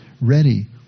ready